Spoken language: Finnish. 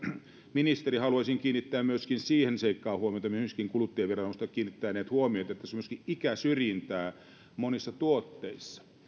ministeri haluaisin kiinnittää myöskin siihen seikkaan huomiota myöskin kuluttajaviranomaiset ovat kiinnittäneet huomiota tähän että ikäsyrjintää on myöskin monissa tuotteissa